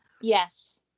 yes